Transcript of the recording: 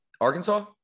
Arkansas